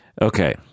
Okay